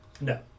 No